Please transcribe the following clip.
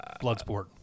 Bloodsport